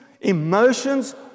emotions